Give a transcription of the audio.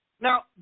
Now